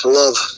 love